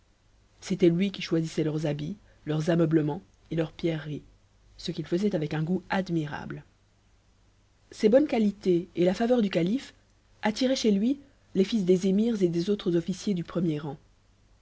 c'était lui qui choisissait leurs habits leurs ameublements et leurs pierreries ce qu'il faisait avec un goût admirable ses bonnes qualités et a faveur du calife attiraient chez lui les fils des émirs et des autres officiers du premier rang